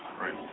right